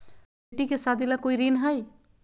बेटी के सादी ला कोई ऋण हई?